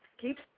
Keep